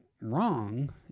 wrong